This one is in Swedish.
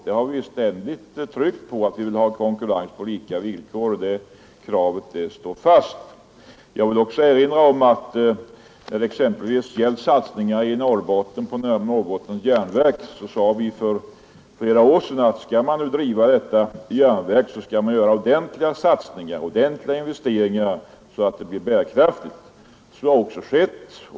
Vi har ständigt tryckt på att vi vill ha konkurrens på lika villkor, och det kravet står fast. Jag vill också när det exempelvis gäller satsningar i Norrbotten erinra om att vi för flera år sedan sade, att om man skall driva Norrbottens järnverk, så skall man göra ordentliga investeringar, så att företaget blir bärkraftigt. Så har också skett.